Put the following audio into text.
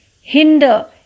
hinder